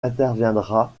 interviendra